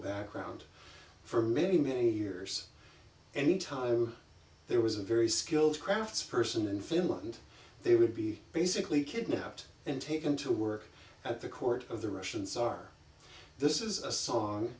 background for many many years any time there was a very skilled crafts person in finland they would be basically kidnapped and taken to work at the court of the russians are this is a song